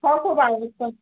हो